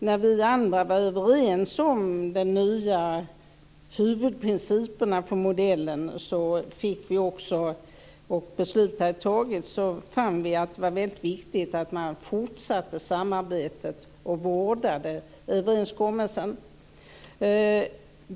När vi andra var överens om de nya huvudprinciperna för modellen och beslut hade fattats, fann vi att det var väldigt viktigt att man fortsatte samarbetet och vårdade överenskommelsen.